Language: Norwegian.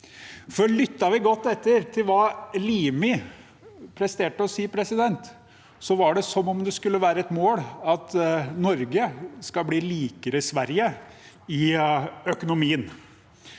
debatt. Lyttet vi godt til hva Limi presterte å si, var det som om det skulle være et mål at Norge skal bli likere Sverige i økonomien.